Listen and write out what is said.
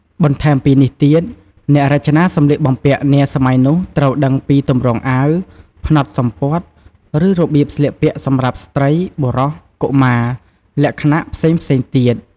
បន្ថែមពីនេះទៀតអ្នករចនាសម្លៀកបំពាក់នាសម័យនោះត្រូវដឹងពី ទម្រង់អាវ ផ្នត់សំពត់ ឬរបៀបស្លៀកពាក់សម្រាប់ស្រ្តី បុរស កុមារ លក្ខណៈផ្សេងៗទៀត ។